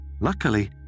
Luckily